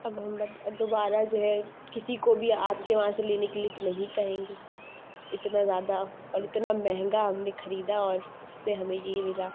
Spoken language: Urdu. اب ہم دوبارہ جو ہے کسی کو بھی آپ کے وہاں سے لینے کے لیے تو نہیں کہیں گے اتنا زیادہ اور اتنا مہنگا ہم نے خریدا اور اس سے ہمیں یہ ملا